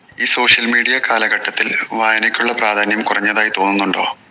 ഈ social media കാലഘട്ടത്തിൽ വായനക്കുള്ള പ്രാധാന്യം കുറഞ്ഞതായി തോന്നുന്നുണ്ടോ